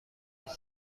les